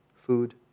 food